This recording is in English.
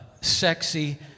sexy